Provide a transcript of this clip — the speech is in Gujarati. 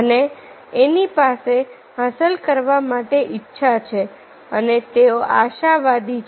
અને એની પાસે હાંસલ કરવા માટે ઇચ્છા છે અને તેઓ આશાવાદી છે